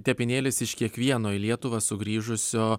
tepinėlis iš kiekvieno į lietuvą sugrįžusio